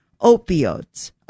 Opioids